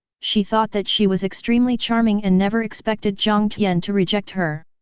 she thought that she was extremely charming and never expected jiang tian to reject her.